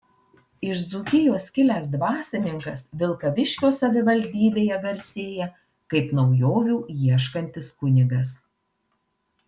iš dzūkijos kilęs dvasininkas vilkaviškio savivaldybėje garsėja kaip naujovių ieškantis kunigas